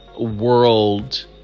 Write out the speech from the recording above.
world